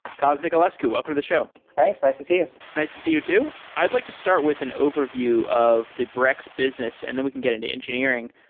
cos nicolaescu, welcome to the show thanks. nice to see you nice to see you too. i'd like to start with an overview of the brex business and then we can get into engineering.